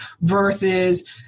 versus